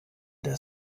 der